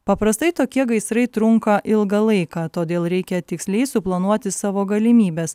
paprastai tokie gaisrai trunka ilgą laiką todėl reikia tiksliai suplanuoti savo galimybes